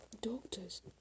doctors